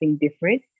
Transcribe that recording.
different